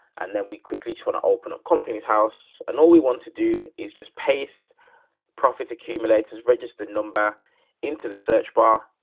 and then we quickly just want to open up company's house. and all we want to do is just paste profits, accumulators, registered number into the search bar,